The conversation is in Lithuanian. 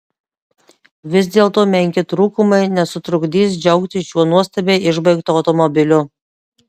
vis dėlto menki trūkumai nesutrukdys džiaugtis šiuo nuostabiai išbaigtu automobiliu